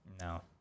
No